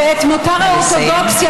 ואת מותר האורתודוקסיה,